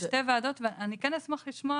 זה שתי ועדות אבל אני כן אשמח לשמוע